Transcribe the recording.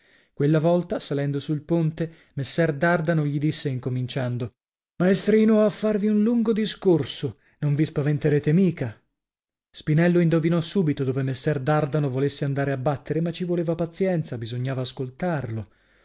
quella volta salendo sul ponte messer dardano gli disse incominciando maestrino ho a farvi un lungo discorso non vi spaventerete mica spinello indovinò subito dove messar dardano volesse andare a battere ma ci voleva pazienza bisognava ascoltarlo